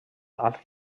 als